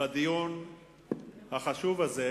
בדיון החשוב הזה,